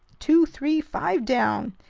two, three, five down!